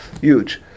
huge